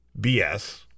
BS